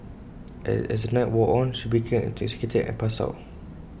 as the night wore on she became intoxicated and passed out